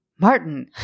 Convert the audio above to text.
Martin